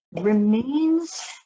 remains